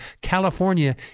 California